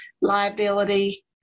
liability